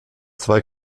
zwei